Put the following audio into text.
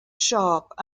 sharp